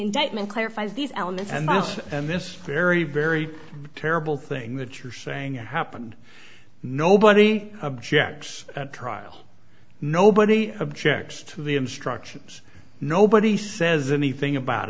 indictment clarifies these elements and this and this very very terrible thing that you're saying happened nobody objects at trial nobody objects to the instructions nobody says anything about